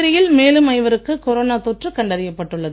புதுச்சேரியில் மேலும் ஐவருக்கு கொரோனா தொற்று கண்டறியப் பட்டுள்ளது